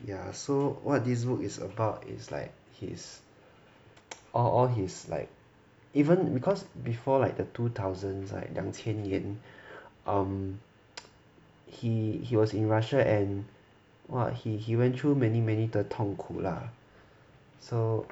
ya so what this book is about is like his all his like even because before like the two thousands like 两千年 um he he was in Russia and !wah! he he went through many many 的痛苦 lah so